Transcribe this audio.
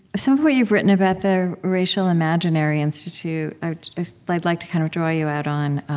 some of what you've written about the racial imaginary institute i'd like like to kind of draw you out on.